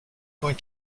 going